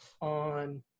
on